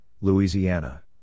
Louisiana